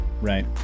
Right